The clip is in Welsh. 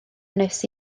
wnes